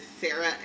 Sarah